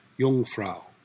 Jungfrau